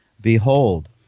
Behold